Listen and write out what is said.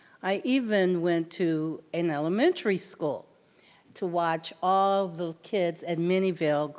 i even went to an elementary school to watch all the kids at miniville